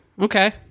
okay